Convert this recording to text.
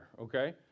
okay